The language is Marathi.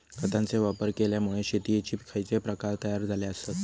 खतांचे वापर केल्यामुळे शेतीयेचे खैचे प्रकार तयार झाले आसत?